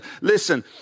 Listen